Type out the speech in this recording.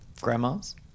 Grandmas